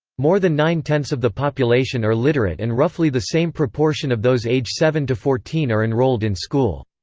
more than nine-tenths of the population are literate and roughly the same proportion of those age seven to fourteen are enrolled in school.